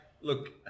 look